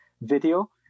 video